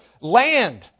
land